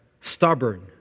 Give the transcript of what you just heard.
stubborn